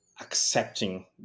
accepting